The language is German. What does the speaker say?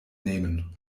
nehmen